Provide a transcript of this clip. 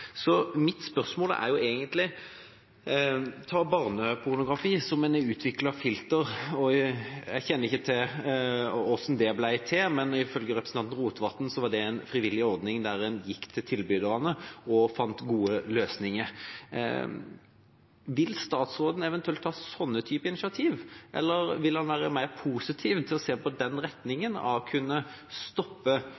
barnepornografi som eksempel, har en utviklet filter for det. Jeg kjenner ikke til hvordan det ble til, men ifølge representanten Rotevatn var det en frivillig ordning der en gikk til tilbyderne og fant gode løsninger. Vil statsråden eventuelt ta denne typen initiativ, eller vil han være mer positiv til å se i den